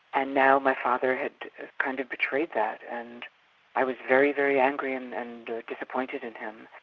and now my father had kind of betrayed that and i was very, very angry and and disappointed in him.